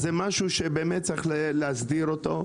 זה משהו שצריך להסדיר אותו,